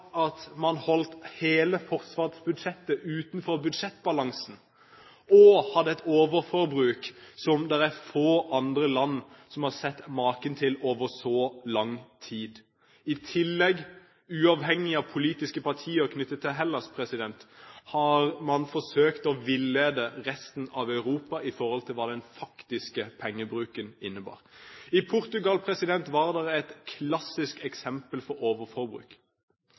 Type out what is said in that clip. at man holdt hele forsvarsbudsjettet utenfor budsjettbalansen og hadde et overforbruk som få andre land har sett maken til over så lang tid. I tillegg, uavhengig av politiske partier knyttet til Hellas, har man forsøkt å villlede resten av Europa med hensyn til hva den faktiske pengebruken innebar. I Portugal var det et klassisk eksempel på overforbruk.